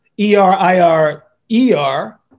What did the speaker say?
E-R-I-R-E-R